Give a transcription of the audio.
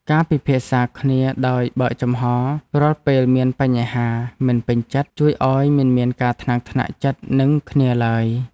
ការពិភាក្សាគ្នាដោយបើកចំហររាល់ពេលមានបញ្ហាមិនពេញចិត្តជួយឱ្យមិនមានការថ្នាំងថ្នាក់ចិត្តនឹងគ្នាឡើយ។